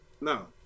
No